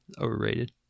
Overrated